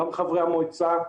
גם חברי המועצה,